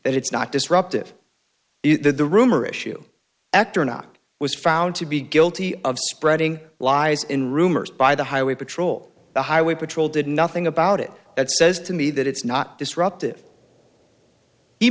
that it's not disruptive that the rumor issue act or not was found to be guilty of spreading lies in rumors by the highway patrol the highway patrol did nothing about it that says to me that it's not disruptive he